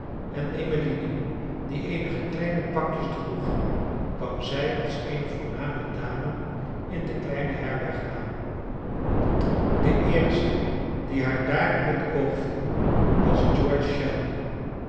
en emmeline die eenige kleine pakjes droeg kwam zij als eene voorname dame in de kleine herberg aan de eerste die haar daar in het oog viel was